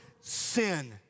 sin